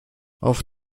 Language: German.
auf